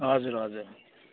हजुर हजुर